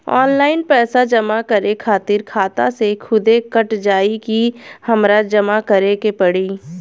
Online पैसा जमा करे खातिर खाता से खुदे कट जाई कि हमरा जमा करें के पड़ी?